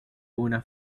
una